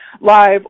live